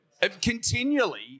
continually